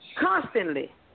constantly